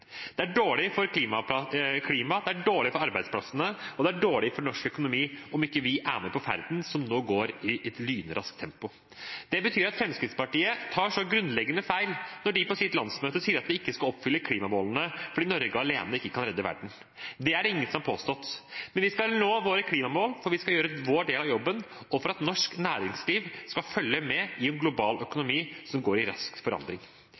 er dårlig for norsk økonomi om ikke vi er med på ferden som nå går i et lynraskt tempo. Dette betyr at Fremskrittspartiet tar så grunnleggende feil når de på sitt landsmøte sier at vi ikke skal oppfylle klimamålene fordi Norge alene ikke kan redde verden. Det er det ingen som har påstått, men vi skal nå våre klimamål. Vi skal gjøre vår del av jobben for at norsk næringsliv skal følge med i en global økonomi som er i rask forandring.